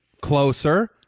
Closer